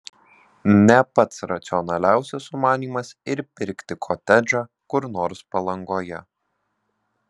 ne pats racionaliausias sumanymas ir pirkti kotedžą kur nors palangoje